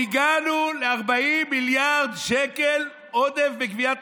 והגענו ל-40 מיליארד שקל עודף בגביית,